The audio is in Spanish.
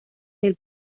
del